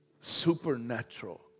supernatural